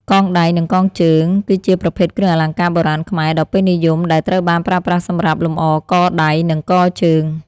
កងដៃ និងកងជើង គឺជាប្រភេទគ្រឿងអលង្ការបុរាណខ្មែរដ៏ពេញនិយមដែលត្រូវបានប្រើប្រាស់សម្រាប់លម្អ កដៃ និងកជើង។